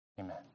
Amen